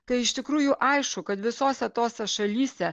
kai iš tikrųjų aišku kad visose tose šalyse